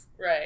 Right